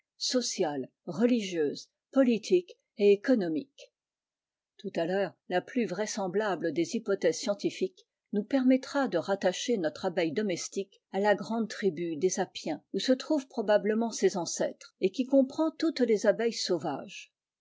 sociale religieuse poli tique et économique tout à rheure la plus vraisemblable des hypothèses scientifiques nous permettra de rattacher notre abeille domestique à la grande tribu des apiens où se trouvent probablement ses ancêtres et qui comprend toutes les abeilles sauvages